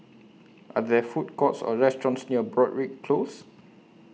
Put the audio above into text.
Are There Food Courts Or restaurants near Broadrick Close